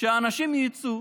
שאנשים יצאו